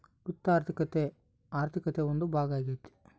ವಿತ್ತ ಆರ್ಥಿಕತೆ ಆರ್ಥಿಕತೆ ಒಂದು ಭಾಗ ಆಗ್ಯತೆ